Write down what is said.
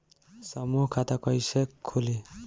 समूह खाता कैसे खुली?